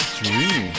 dream